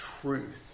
truth